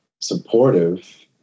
supportive